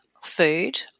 food